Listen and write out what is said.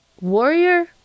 warrior